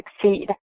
succeed